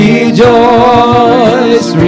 Rejoice